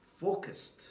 focused